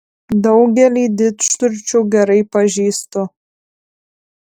daugelį didžturčių gerai pažįstu